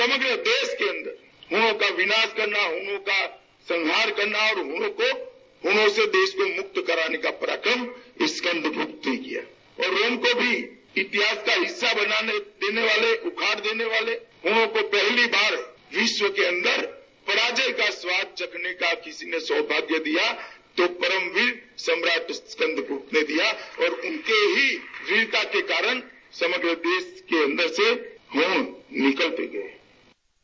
समग्र देश के अन्दर हूणों का विनाश करना हूणों का संहार करना और हणों को हूणों से देश को मुक्त कराने का परामक्रम स्कन्द गुप्त ने किया और उनकों भी इतिहास का हिस्सा बना देने वाले उखाड़ देने वाले हूणों को पहली बार विश्व के अन्दर पराजय का स्वाद चखने का किसी ने सौभाग्य दिया तो परमवीर सम्राट स्कन्द गुप्त ने दिया और उनके ही वीरता के कारण समग्र देश के अन्दर से हूण निकलते गये